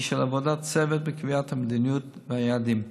היא של עבודת צוות בקביעת המדיניות והיעדים.